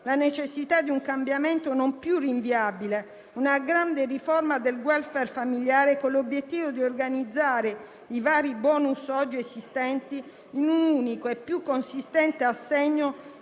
la necessità di un cambiamento non più rinviabile e di una grande riforma del *welfare* familiare, con l'obiettivo di organizzare i vari *bonus* oggi esistenti in un unico e più consistente assegno